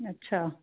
अच्छा